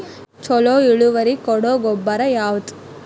ಛಲೋ ಇಳುವರಿ ಕೊಡೊ ಗೊಬ್ಬರ ಯಾವ್ದ್?